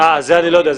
אה, זה אני לא יודע.